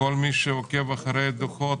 כל מי שעוקב אחרי הדוחות,